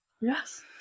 Yes